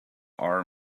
our